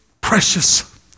precious